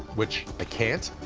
which i can't,